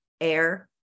air